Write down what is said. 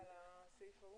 את סעיף קטן